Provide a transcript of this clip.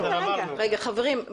חברים,